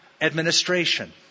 administration